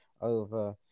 over